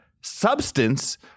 substance